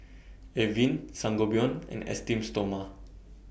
Avene Sangobion and Esteem Stoma